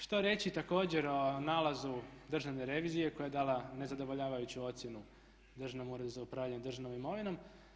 Što reći također o nalazu državne revizije koja je dala nezadovoljavajuću ocjenu Državnom uredu za upravljanje državnom imovinom?